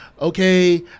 okay